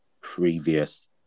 previous